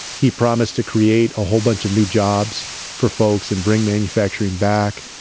he promised to create a whole bunch of new jobs for folks and bring manufacturing back.